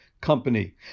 company